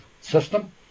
system